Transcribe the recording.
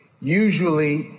usually